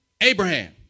Abraham